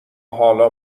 حالا